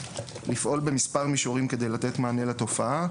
לפעול במספר מישורים כדי לתת מענה לתופעה.